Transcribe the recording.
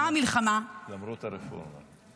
באה המלחמה --- למרות הרפורמה.